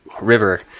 River